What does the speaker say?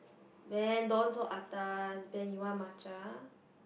Ben don't so atas Ben you want matcha